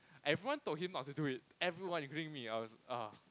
everyone told him not to do it everyone including me I was uh